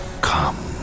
Come